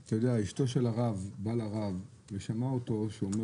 אשתו של הרב באה לרב ושמעה אותו שהוא אומר